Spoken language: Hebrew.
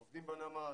עובדים בנמל,